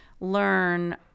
learn